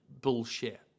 bullshit